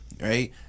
right